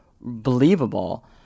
believable